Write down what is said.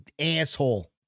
asshole